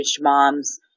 moms